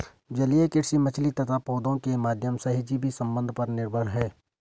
जलीय कृषि मछली तथा पौधों के माध्यम सहजीवी संबंध पर निर्भर है